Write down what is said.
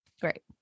Great